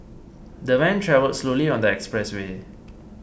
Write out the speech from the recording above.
the van travelled slowly on the expressway